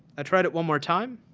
i tried it one more time.